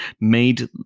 made